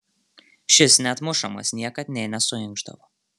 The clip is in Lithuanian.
šis net mušamas niekad nė nesuinkšdavo